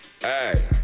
Hey